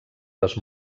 les